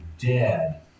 dead